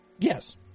Yes